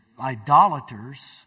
idolaters